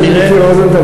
חבר הכנסת מיקי רוזנטל,